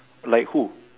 like who